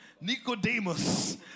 Nicodemus